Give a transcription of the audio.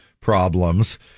Problems